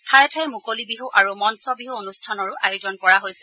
ঠায়ে ঠায়ে মুকলি বিহু আৰু মঞ্চ বিছৰ অনুষ্ঠানৰো আয়োজন কৰা হৈছে